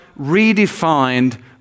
redefined